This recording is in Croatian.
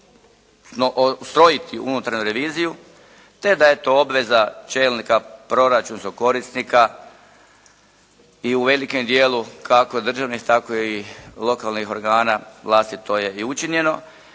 ustrojiti unutarnju reviziju te da je to obveza čelnika proračunskog korisnika i u velikom dijelu kako državnih tako i lokalnih organa vlasti to je i učinjeno.